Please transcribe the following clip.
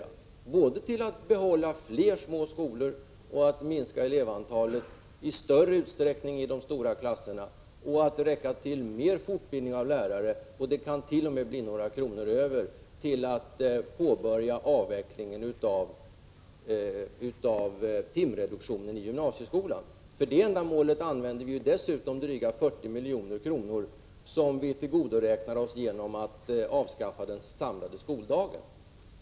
Det borde räcka både till att bibehålla fler små skolor och i större utsträckning minska elevantalet i de stora klasserna och till att anordna mer fortbildning av lärare. Det kan t.o.m. bli några kronor över till att påbörja avvecklingen av timreduktionen i gymnasieskolan. För det ändamålet använder vi ju dessutom drygt 40 milj.kr., som vi tillgodoräknar oss genom att vi avskaffar den samlade skoldagen.